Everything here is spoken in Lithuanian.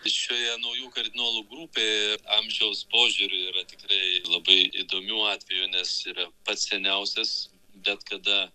šioje naujų kardinolų grupėje amžiaus požiūriu yra tikrai labai įdomių atvejų nes yra pats seniausias bet kada